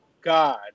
god